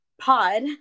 pod